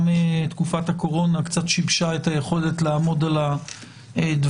גם תקופת הקורונה קצת שיבשה את היכולת לעמוד על הדברים,